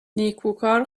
نیکوکار